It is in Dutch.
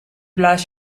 blaas